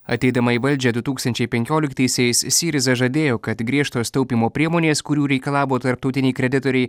ateidama į valdžią du tūkstančiai penkioliktaisiais syriza žadėjo kad griežtos taupymo priemonės kurių reikalavo tarptautiniai kreditoriai